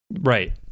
Right